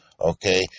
okay